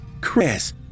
Chris